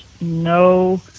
no